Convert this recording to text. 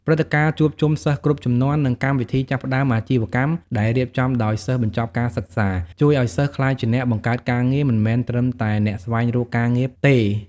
ព្រឹត្តិការណ៍ជួបជុំសិស្សគ្រប់ជំនាន់ និងកម្មវិធីចាប់ផ្តើមអាជីវកម្មដែលរៀបចំដោយសិស្សបញ្ចប់ការសិក្សា ជួយឲ្យសិស្សក្លាយជាអ្នកបង្កើតការងារ មិនមែនត្រឹមតែអ្នកស្វែងរកការងារទេ។